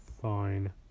Fine